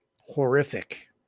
horrific